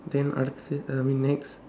then I mean next